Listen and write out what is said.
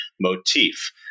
motif